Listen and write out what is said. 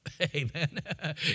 Amen